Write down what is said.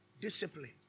Discipline